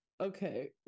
okay